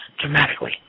dramatically